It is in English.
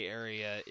area